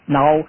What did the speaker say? now